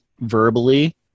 verbally